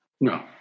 No